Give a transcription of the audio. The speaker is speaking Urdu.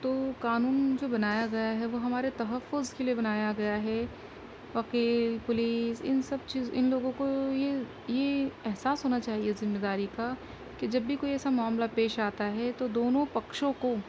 تو قانون جو بنایا گیا ہے وہ ہمارے تحفظ کے لیے بنایا گیا ہے وکیل پولیس ان سب چیز ان لوگوں کو یہ یہ احساس ہونا چاہیے اس ذمہ داری کا کہ جب بھی کوئی ایسا معاملہ پیش آتا ہے تو دونوں پکچھوں کو